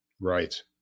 Right